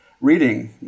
reading